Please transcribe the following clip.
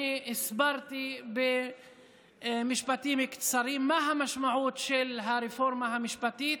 אני הסברתי במשפטים קצרים מה המשמעות של הרפורמה המשפטית,